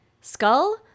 skull